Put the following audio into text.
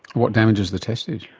what damages the testes?